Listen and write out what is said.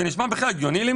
זה נשמע למישהו הגיוני?